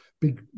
big